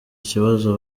kibazo